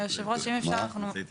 -- אני רוצה להתייחס.